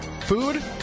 food